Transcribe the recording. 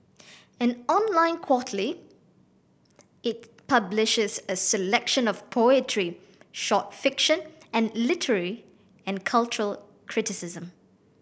an online quarterly it publishes a selection of poetry short fiction and literary and cultural criticism